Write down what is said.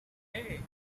hey